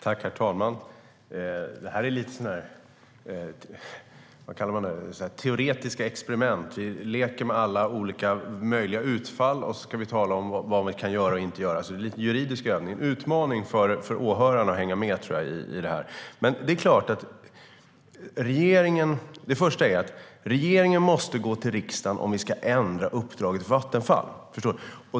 Herr talman! Detta är lite som ett teoretiskt experiment. Vi leker med alla olika möjliga utfall, och så ska vi tala om vad vi kan göra och inte göra. Det är en juridisk övning som jag tror att det är en utmaning för åhörarna att hänga med i. Det första är att regeringen måste gå till riksdagen om vi ska ändra uppdraget för Vattenfall.